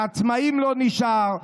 לעצמאים לא נשאר,